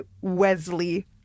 Wesley